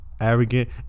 arrogant